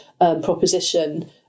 proposition